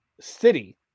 city